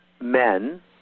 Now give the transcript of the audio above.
men